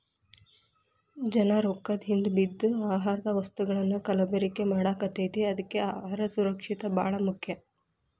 ಜನಾ ರೊಕ್ಕದ ಹಿಂದ ಬಿದ್ದ ಆಹಾರದ ವಸ್ತುಗಳನ್ನಾ ಕಲಬೆರಕೆ ಮಾಡಾಕತೈತಿ ಅದ್ಕೆ ಅಹಾರ ಸುರಕ್ಷಿತ ಬಾಳ ಮುಖ್ಯ